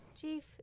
Chief